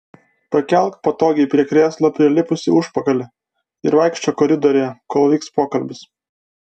pakelk patogiai prie krėslo prilipusį užpakalį ir vaikščiok koridoriuje kol vyks pokalbis